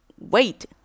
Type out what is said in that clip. Wait